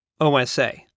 OSA